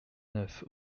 neuf